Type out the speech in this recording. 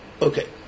Okay